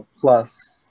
plus